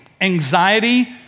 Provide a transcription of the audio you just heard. anxiety